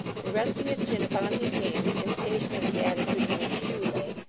and resting his chin upon his hand in imitation of the attitude in which hugh lay,